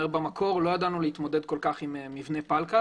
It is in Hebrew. במקור לא ידענו להתמודד כל כך עם מבני פלקל